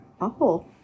awful